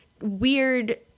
weird